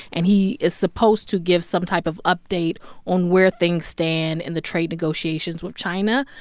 and he is supposed to give some type of update on where things stand in the trade negotiations with china.